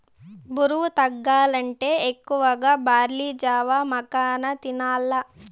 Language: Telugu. బరువు తగ్గాలంటే ఎక్కువగా బార్లీ జావ, మకాన తినాల్ల